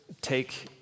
take